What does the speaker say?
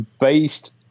based